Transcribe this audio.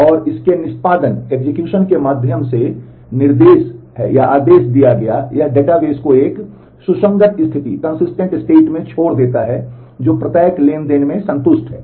और इसके निष्पादन के माध्यम से निर्देश है आदेश दिया गया यह डेटाबेस को एक सुसंगत स्थिति में छोड़ देता है जो प्रत्येक ट्रांज़ैक्शन में संतुष्ट है